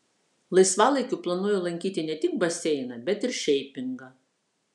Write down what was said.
laisvalaikiu planuoju lankyti ne tik baseiną bet ir šeipingą